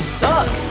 suck